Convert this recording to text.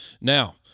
Now